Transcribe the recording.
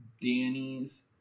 Danny's